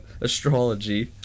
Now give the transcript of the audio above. astrology